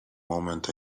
moment